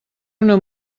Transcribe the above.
una